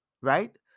right